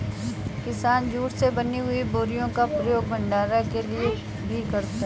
किसान जूट से बनी हुई बोरियों का प्रयोग भंडारण के लिए भी करता है